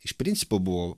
iš principo buvo